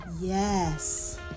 Yes